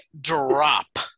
drop